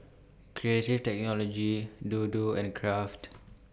Creative Technology Dodo and Kraft